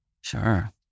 Sure